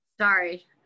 sorry